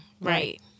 Right